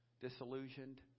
disillusioned